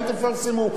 אל תפרסמו.